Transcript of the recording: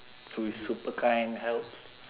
who is super kind helps